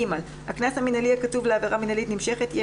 הקנס המינהלי הקצוב לעבירה מינהלית נמשכת יהיה